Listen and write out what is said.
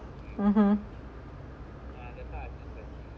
(uh huh)